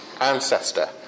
ancestor